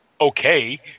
okay